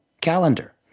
calendar